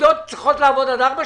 עובדות צריכות לעבוד עד 4:00,